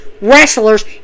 wrestlers